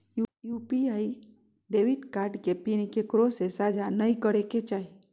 UPI debit card के PIN केकरो से साझा नइ करे के चाही